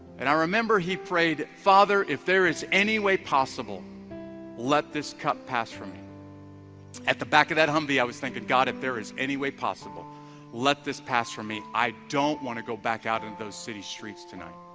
and i remember he prayed father if there is any way possible let this cup, pass from me at the back of that humvee i was thinking god if there is any way possible let this pass from me i don't want to go back out into those city, streets tonight